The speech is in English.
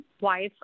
wife